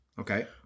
Okay